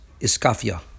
iskafia